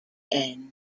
end